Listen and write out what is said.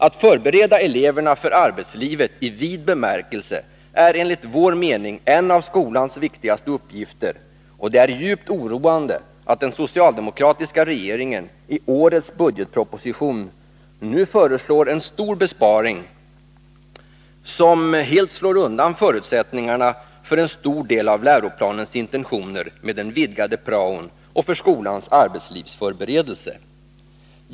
Att förbereda eleverna för arbetslivet i vid bemärkelse är enligt vår mening en av skolans viktigaste uppgifter, och det är djupt oroande att den socialdemokratiska regeringen i årets budgetproposition föreslår en stor besparing, som helt slår undan förutsättningarna för en stor del av läroplanens intentioner med den vidgade praon och för skolans arbetslivsförberedelse.